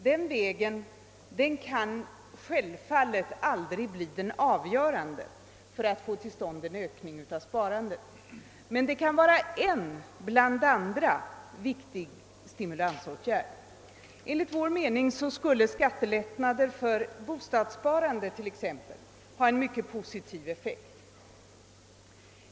Den vägen kan självfallet aldrig bli avgörande när det gäller att få till stånd en ökning av sparandet, men den kan vara en viktig stimulansåtgärd bland många andra. Enligt vår mening skulle skattelättnader för exempelvis bostadssparande ha en mycket positiv effekt.